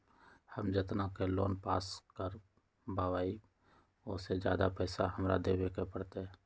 हम जितना के लोन पास कर बाबई ओ से ज्यादा पैसा हमरा देवे के पड़तई?